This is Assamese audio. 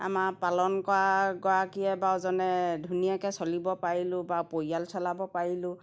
আমাৰ পালন কৰা গৰাকীয়ে বা জনে ধুনীয়াকৈ চলিব পাৰিলোঁ বা পৰিয়াল চলাব পাৰিলোঁ